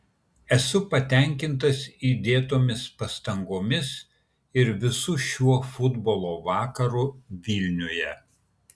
esu patenkintas įdėtomis pastangomis ir visu šiuo futbolo vakaru vilniuje